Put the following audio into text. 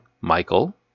Michael